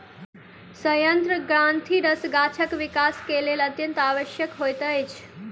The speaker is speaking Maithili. सयंत्र ग्रंथिरस गाछक विकास के लेल अत्यंत आवश्यक होइत अछि